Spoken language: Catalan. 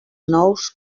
nous